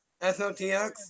SOTX